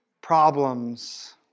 problems